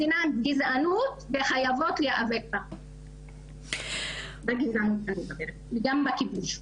מדינה גזענית וחייבים להיאבק בגזענות וגם בכיבוש.